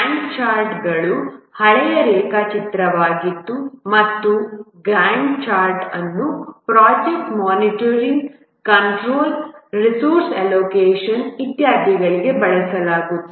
Gantt chart ಹಳೆಯ ರೇಖಾಚಿತ್ರವಾಗಿತ್ತು ಮತ್ತು ಗ್ಯಾಂಟ್ ಚಾರ್ಟ್ ಅನ್ನು project monitoring control resource allocation ಇತ್ಯಾದಿಗಳಿಗೆ ಬಳಸಲಾಗುತ್ತದೆ